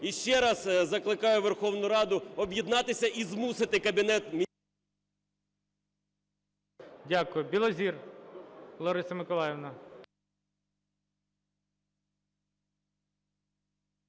І ще раз закликаю Верховну Раду об'єднатися і змусити Кабінет… ГОЛОВУЮЧИЙ. Дякую. Білозір Лариса Миколаївна.